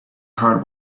heart